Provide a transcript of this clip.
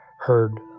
heard